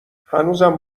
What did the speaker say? هنوزم